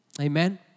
Amen